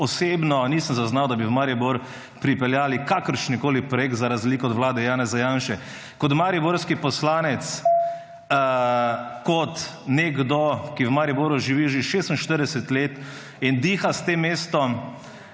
osebno nisem zaznal, da bi v Maribor pripeljali kakršenkoli projekt za razliko od vlade Janeza Janše. Kot mariborski poslanec, kot nekdo, ki v Mariboru živi že 46 let in diha s tem mestom